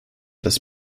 dass